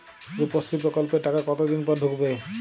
রুপশ্রী প্রকল্পের টাকা কতদিন পর ঢুকবে?